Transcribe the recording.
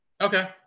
Okay